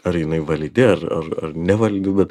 ar jinai validi ar ar ar nevalidi bet